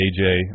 AJ